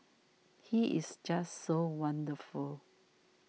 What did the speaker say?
he is just so wonderful